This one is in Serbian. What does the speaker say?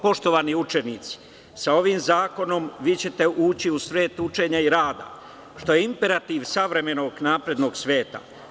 Poštovani učenici, sa ovim zakonom vi ćete ući u svet učenja i rada, što je imperativ savremenog naprednog sveta.